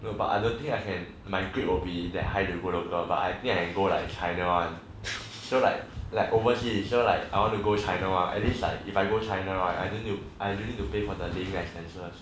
no but I don't think I can my grade to be that high to go local but I think I can go like china one so like like overseas so like I want to go china one at least like if I go china right I don't need to pay for the living expenses